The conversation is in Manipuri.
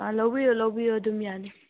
ꯑꯥ ꯂꯧꯕꯤꯌꯣ ꯂꯧꯕꯤꯌꯣ ꯑꯗꯨꯝ ꯌꯥꯅꯤ